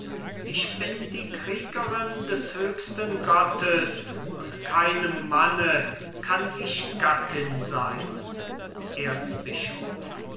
ich bin die kriegerin des höchsten gottes und keinem manne kann ich gattin sein erzbischof